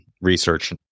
research